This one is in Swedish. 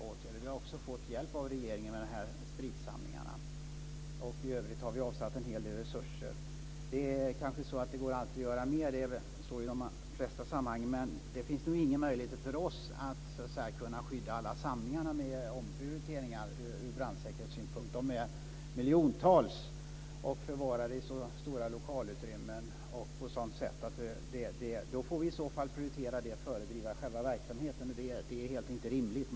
Vi har också fått hjälp av regeringen med spritsamlingarna, och i övrigt har vi avsatt en hel del resurser. Det går förstås alltid att göra mer; så är det i de flesta sammanhang. Men det finns nog inga möjligheter för oss att skydda alla samlingarna ur brandsäkerhetssynpunkt med omprioriteringar. De består av miljontals föremål, förvarade i så stora lokalutrymmen och på ett sådant sätt att vi i så fall skulle få prioritera detta framför att driva själva verksamheten. Det är helt enkelt inte rimligt.